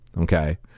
Okay